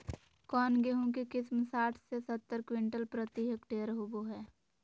कौन गेंहू के किस्म साठ से सत्तर क्विंटल प्रति हेक्टेयर होबो हाय?